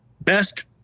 best